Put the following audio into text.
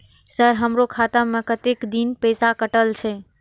Sir हमारो खाता में कतेक दिन पैसा कटल छे?